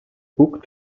book